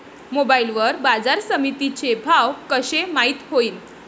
Mobile वर बाजारसमिती चे भाव कशे माईत होईन?